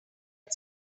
had